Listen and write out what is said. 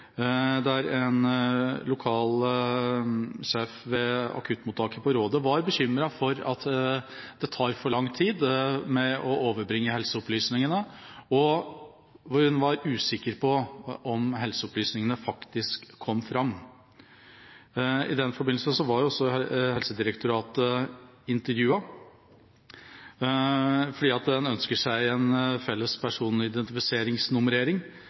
der en lokal sjef ved akuttmottaket på Råde var bekymret for at det tar for lang tid å overbringe helseopplysninger. Hun var usikker på om helseopplysningene faktisk kom fram. I den forbindelse ble også Helsedirektoratet intervjuet, fordi en ønsker seg en felles